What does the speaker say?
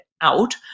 out